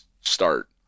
start